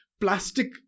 plastic